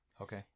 Okay